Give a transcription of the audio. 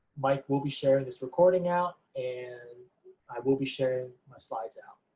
mike will be sharing this recording out, and i will be sharing my slides out.